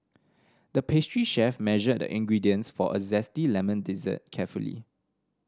the pastry chef measured the ingredients for a zesty lemon dessert carefully